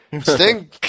Sting